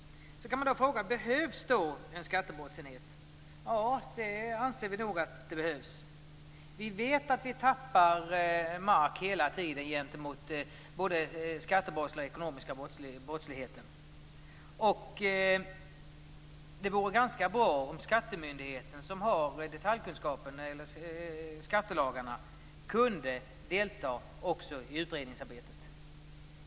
Man kan fråga sig om en skattebrottsenhet behövs. Ja, det anser vi i Vänsterpartiet nog att det gör. Vi vet att man hela tiden tappar mark gentemot både skattebrottsligheten och den ekonomiska brottsligheten. Det vore ganska bra om skattemyndigheten, som har detaljkunskaper när det gäller skattelagarna, kunde delta också i utredningsarbetet.